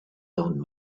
down